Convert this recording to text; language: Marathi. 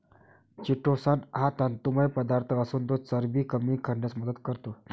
चिटोसन हा तंतुमय पदार्थ असून तो चरबी कमी करण्यास मदत करतो